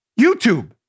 YouTube